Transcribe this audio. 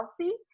healthy